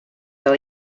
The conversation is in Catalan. del